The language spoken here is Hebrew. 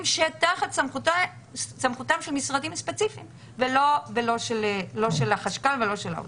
שתחת סמכותם של משרדים ספציפיים ולא של החשב הכללי ולא של האוצר.